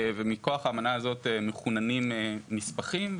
ומכוח האמנה הזאת מכוננים נספחים,